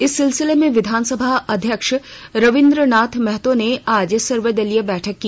इस सिलसिले में विधानसभा अध्यक्ष रविंद्र नाथ महतो ने आज सर्वदलीय बैठक की